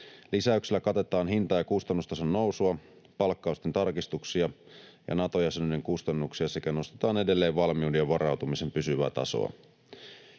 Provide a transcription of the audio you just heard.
Lisäyksellä katetaan hinta‑ ja kustannustason nousua, palkkausten tarkistuksia ja Nato-jäsenyyden kustannuksia sekä nostetaan edelleen valmiuden ja varautumisen pysyvää tasoa.